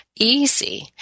Easy